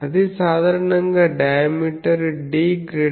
అది సాధారణంగా diameter d 0